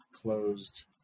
closed